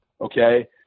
Okay